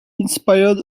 inspired